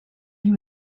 you